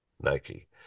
Nike